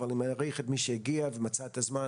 אבל אני מעריך את מי שהגיע ומצא את הזמן,